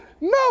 no